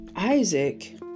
Isaac